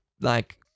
like-